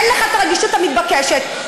אין לך הרגישות המתבקשת,